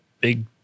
big